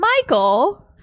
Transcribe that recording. Michael